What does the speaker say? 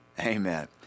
Amen